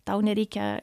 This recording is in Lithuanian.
tau nereikia